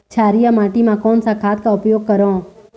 क्षारीय माटी मा कोन सा खाद का उपयोग करों?